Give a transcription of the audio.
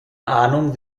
ahnung